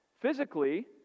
Physically